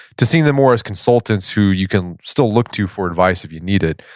to seeing them more as consultants who you can still look to for advice if you need it,